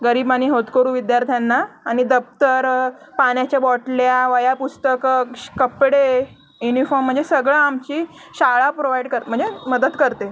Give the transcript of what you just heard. गरीब आणि होतकरू विद्यार्थ्यांना आणि दप्तर पाण्याच्या बोटल्या वह्यापुस्तकं श कपडे युनिफॉम म्हणजे सगळं आमची शाळा प्रोवाईड कर म्हणजे मदत करते